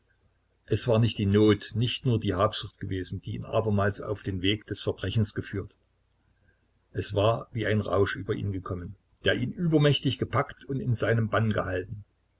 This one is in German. es war nicht die not nicht nur die habsucht gewesen die ihn abermals auf den weg des verbrechens geführt es war wie ein rausch über ihn gekommen der ihn übermächtig gepackt und in seinem bann gehalten